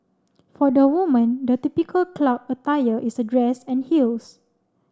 for the woman the typical club attire is a dress and heels